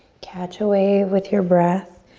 catch a wave with your breath.